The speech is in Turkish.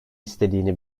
istediğini